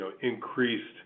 increased